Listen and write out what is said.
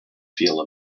feel